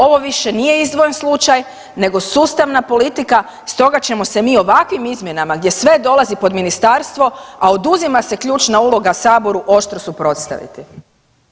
Ovo više nije izdvojen slučaj nego sustavna politika stoga ćemo se mi ovakvim izmjenama gdje sve dolazi pod ministarstvo, a oduzima se ključna uloga saboru oštro suprotstaviti.